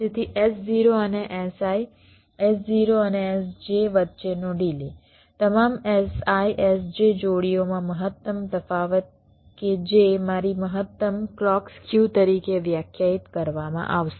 તેથી S0 અને Si S0 અને Sj વચ્ચેનો ડિલે તમામ Si Sj જોડીઓમાં મહત્તમ તફાવત કે જે મારી મહત્તમ ક્લૉક સ્ક્યુ તરીકે વ્યાખ્યાયિત કરવામાં આવશે